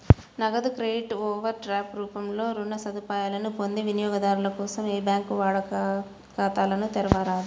నగదు credit, overdraft రూపంలో రుణ సదుపాయాలను పొందిన వినియోగదారుల కోసం ఏ బ్యాంకూ వాడుక ఖాతాలను తెరవరాదు